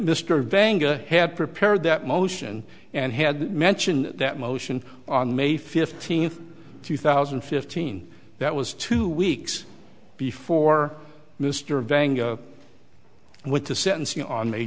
mr vanga had prepared that motion and had mentioned that motion on may fifteenth two thousand and fifteen that was two weeks before mr vang and with the sentencing on may